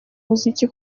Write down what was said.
muziki